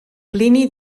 plini